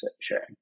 sharing